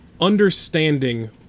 understanding